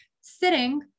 sitting